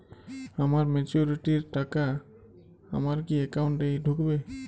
আমার ম্যাচুরিটির টাকা আমার কি অ্যাকাউন্ট এই ঢুকবে?